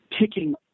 picking